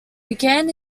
began